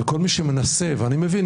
ואני מבין,